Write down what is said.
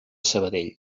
sabadell